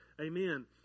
amen